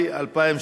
אין.